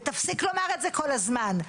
ותפסיק לומר את זה כל הזמן.